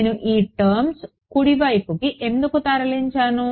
నేను ఈ టర్మ్ని కుడి వైపుకు ఎందుకు తరలించాను